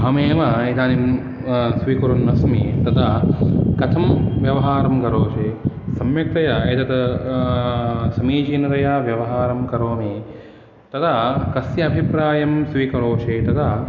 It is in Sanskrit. अहमेव इदानीं स्वीकुर्वन्नस्मि तदा कथं व्यवहारं करोषि सम्यक्तया एतत् समीचीनतया व्यवहारं करोमि तदा कस्य अभिप्रायं स्वीकरोषि तदा